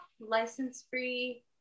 License-free